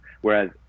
Whereas